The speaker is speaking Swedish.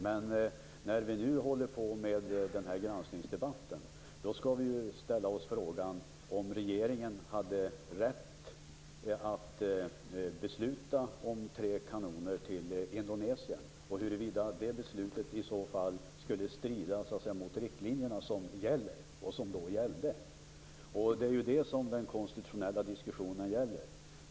Men när vi nu håller på med den här granskningsdebatten skall vi ställa oss frågan om regeringen hade rätt att besluta om tre kanoner till Indonesien och huruvida det beslutet i så fall skulle strida mot de riktlinjer som gäller och som gällde då. Det är ju det som den konstitutionella diskussionen gäller.